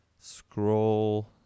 Scroll